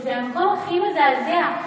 שזה המקום הכי מזעזע,